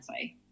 say